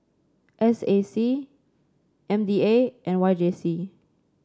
S A C M D A and Y J C